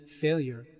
failure